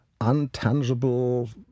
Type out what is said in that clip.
untangible